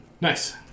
Nice